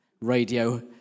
radio